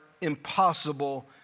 impossible